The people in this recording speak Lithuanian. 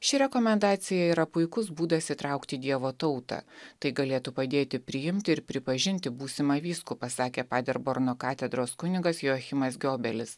ši rekomendacija yra puikus būdas įtraukti dievo tautą tai galėtų padėti priimti ir pripažinti būsimą vyskupą sakė paderborno katedros kunigas joachimas giobelis